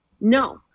no